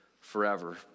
forever